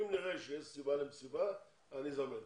אם נראה שיש סיבה למסיבה אני זמין,